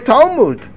Talmud